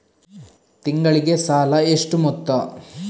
ತಿಂಗಳಿಗೆ ಸಾಲ ಎಷ್ಟು ಮೊತ್ತ?